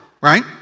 right